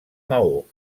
maó